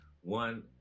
one